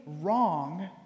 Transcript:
wrong